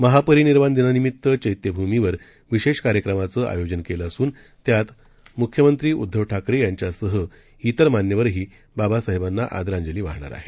महापरिनिर्वाण दिनानिमित्त चैत्यभूमीवर विशेष कार्यक्रमाचं आयोजन केलं असून त्यात म्ख्यमंत्री उद्धव ठाकरे यांच्यासह इतर मान्यवरही बाबासाहेबांना आदरांजली वाहणार आहेत